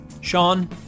Sean